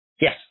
yes